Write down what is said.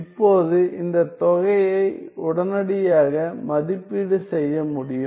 இப்போது இந்த தொகையை உடனடியாக மதிப்பீடு செய்ய முடியும்